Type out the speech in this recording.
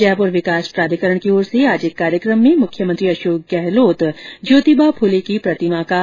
जयपुर विकास प्राधिकरण की ओर से आज एक कार्यक्रम में मुख्यमंत्री अशोक गहलोत ज्योतिबा फूले की प्रतिमा का अनावरण करेंगे